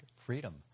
freedom